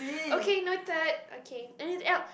okay noted okay any else